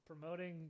Promoting